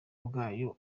bwayo